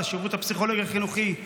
בשירות הפסיכולוגי החינוכי.